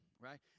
right